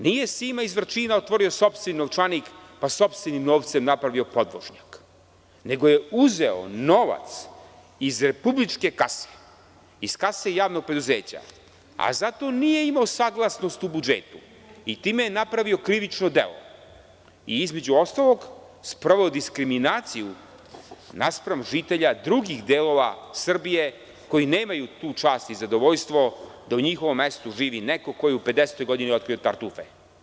Nije Sima iz Vrčina otvorio sopstveni novčanik, pa sopstvenim novcem napravio podvožnjak, nego je uzeo novac iz republičke kase, iz kase javnog preduzeća, a za to nije imao saglasnost u budžetu i time je napravio krivično delo i sproveo diskriminaciju naspram žitelja drugih delova Srbije koji nemaju tu čast i zadovoljstvo da u njihovom mestu živi neko ko je u 50-toj godini otkrio tartufe.